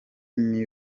n’ibi